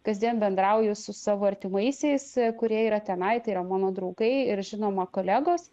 kasdien bendrauju su savo artimaisiais kurie yra tenai tai yra mano draugai ir žinoma kolegos